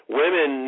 women